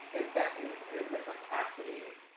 investment in the capacity